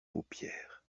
paupières